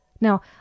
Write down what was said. Now